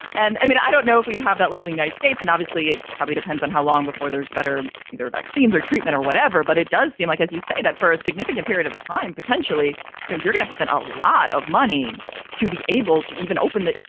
and i mean, i don't know if we'd have that lovely united states. and obviously it probably depends on how long before there's better either vaccines or treatment or whatever. but it does seem like, as you say, that for a significant period of time, potentially you're going to spend a lot of money to be able to even open it.